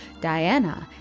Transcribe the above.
Diana